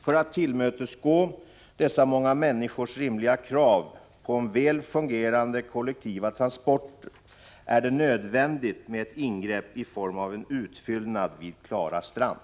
För att tillmötesgå dessa många människors rimliga krav på väl fungerande kollektiva transporter är det nödvändigt med ett ingrepp i form av en utfyllnad vid Klara strand.